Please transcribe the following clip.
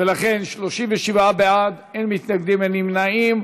ולכן 37 בעד, אין מתנגדים, אין נמנעים.